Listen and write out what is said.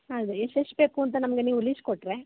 ಅದೆ ಎಷ್ಟು ಎಷ್ಟು ಬೇಕು ಅಂತ ನಮಗೆ ನೀವು ಲೀಸ್ಟ್ ಕೊಟ್ಟರೆ